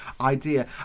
idea